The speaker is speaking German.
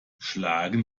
schlagen